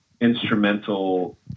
instrumental